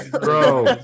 Bro